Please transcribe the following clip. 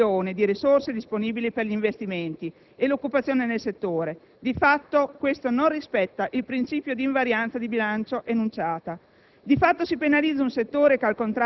portano a un'obiettiva diminuzione di risorse disponibili per gli investimenti e l'occupazione nel settore. Di fatto, questo non rispetta il principio di invarianza di bilancio enunciato;